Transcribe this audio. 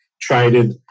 traded